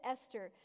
Esther